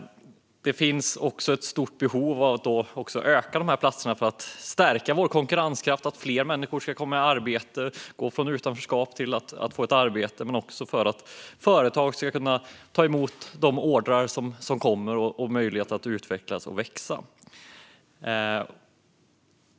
Det finns ett stort behov av att öka platserna för att stärka vår konkurrenskraft så att fler människor går från utanförskap och kommer i arbete men också så att företag kan ta emot de ordrar de får och har möjlighet att utvecklas och växa.